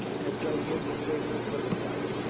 and so give the signal for the fight.